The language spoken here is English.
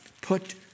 put